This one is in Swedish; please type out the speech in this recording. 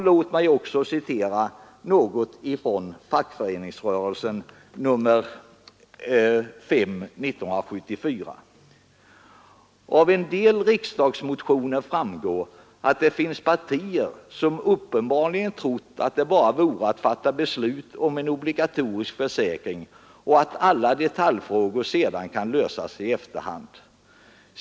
Låt mig också citera något från Fackföreningsrörelsen nr 5 1974: ”Av en del riksdagsmotioner framgår, att det finns partier, som uppenbarligen trott att det bara vore att fatta beslut om en obligatorisk försäkring och att alla detaljfrågor sedan kan lösas i efterhand.